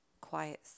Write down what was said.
quiet